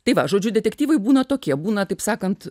tai va žodžiu detektyvai būna tokie būna taip sakant